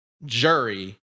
Jury